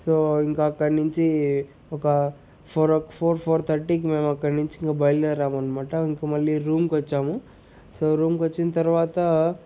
so ఇంక అక్కడి నించి ఒకా ఫోర్ ఓక్ ఫోర్ ఫోర్ థర్టీకి మేమక్కడినించి ఇంక బయల్దేరామనమాట ఇంక మళ్ళీ రూమ్కొచ్చాము సో రూమ్కొచ్చిన తర్వాత